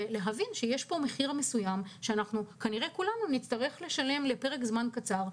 ולהבין שיש פה מחיר מסוים שכולנו נצטרך לשלם לפרק זמן קצר,